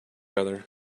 other